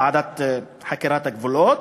ועדת חקירת הגבולות,